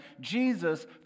Jesus